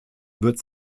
wird